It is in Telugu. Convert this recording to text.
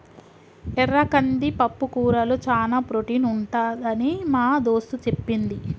ఎర్ర కంది పప్పుకూరలో చానా ప్రోటీన్ ఉంటదని మా దోస్తు చెప్పింది